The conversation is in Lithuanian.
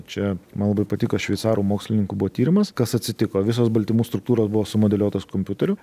čia man labai patiko šveicarų mokslininkų buvo tyrimas kas atsitiko visos baltymų struktūros buvo sumodeliuotos kompiuteriu